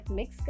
mix